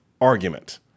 argument